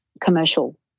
commercial